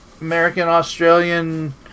American-Australian